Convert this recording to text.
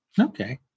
Okay